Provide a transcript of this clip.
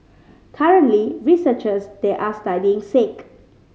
currently researchers there are studying sake